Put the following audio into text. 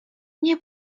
nie